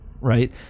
right